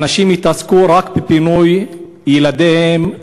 האנשים התעסקו רק בפינוי ילדיהם,